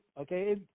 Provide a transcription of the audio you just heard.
okay